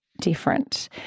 different